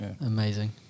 Amazing